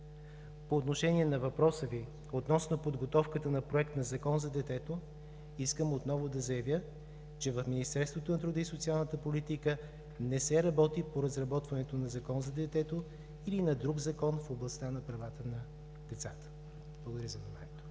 По отношение на въпроса Ви относно подготовката на проект на закон за детето, искам отново да заявя, че в Министерството на труда и социалната политика не се работи по разработването на закон за детето или на друг закон в областта на правата на децата. Благодаря за вниманието.